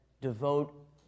devote